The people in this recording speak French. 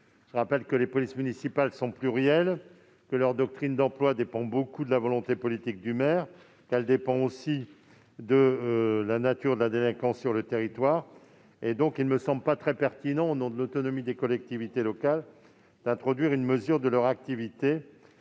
le rappelle, les polices municipales sont plurielles. Leur doctrine d'emploi dépend beaucoup de la volonté politique du maire, ainsi que de la nature de la délinquance sur le territoire. Il ne me semble donc pas très pertinent, au nom de l'autonomie des collectivités locales, d'introduire une mesure de leur activité,